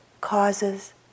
causes